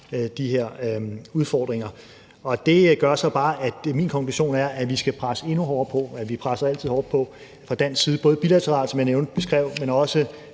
de her udfordringer. Og det gør så bare, at min konklusion er, at vi skal presse endnu hårdere på. Vi presser altid hårdt på fra dansk side, både bilateralt, som jeg beskrev, men også